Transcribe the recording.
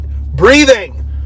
Breathing